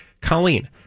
Colleen